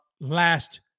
last